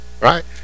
right